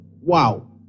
Wow